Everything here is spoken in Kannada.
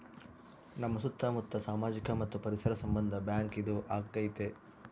ನಮ್ ಸುತ್ತ ಮುತ್ತ ಸಾಮಾಜಿಕ ಮತ್ತು ಪರಿಸರ ಸಂಬಂಧ ಬ್ಯಾಂಕ್ ಇದು ಆಗೈತೆ